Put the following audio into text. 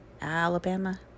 alabama